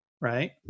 right